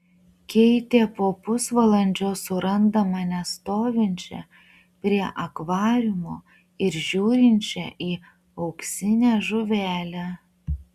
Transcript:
keitė po pusvalandžio suranda mane stovinčią prie akvariumo ir žiūrinčią į auksinę žuvelę